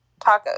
tacos